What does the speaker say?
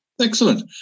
Excellent